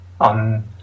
on